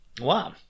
Wow